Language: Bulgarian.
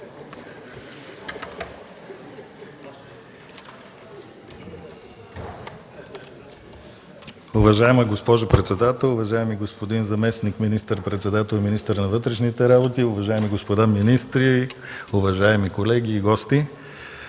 Уважаема госпожо председател, уважаеми господин заместник министър-председател и министър на вътрешните работи, уважаеми господа министри, уважаеми колеги и гости!